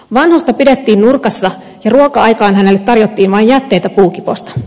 vanhusta pidettiin nurkassa ja ruoka aikaan hänelle tarjottiin vain jätteitä puukiposta